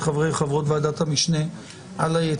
חברי וחברות ועדת המשנה על היציאה לדרך.